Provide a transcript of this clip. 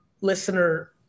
listener